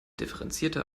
differenzierter